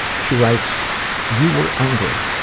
she writes you were angry.